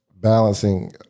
balancing